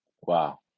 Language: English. Wow